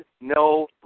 no